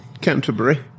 Canterbury